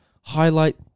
highlight